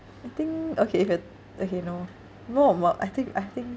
I think okay if it okay no no on what I think I think